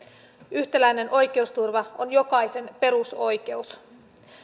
yhtäläinen oikeusturva on jokaisen perusoikeus